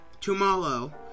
tomorrow